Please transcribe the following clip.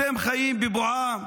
אתם חיים בבועה.